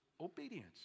obedience